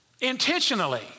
Intentionally